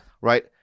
Right